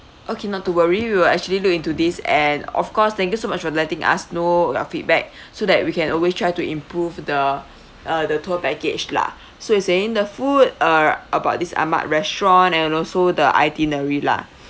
okay not to worry we will actually look into this and of course thank you so much for letting us know your feedback so that we can always try to improve the uh the tour package lah so you saying the food err about this ahmad restaurant and also the itinerary lah